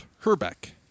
Herbeck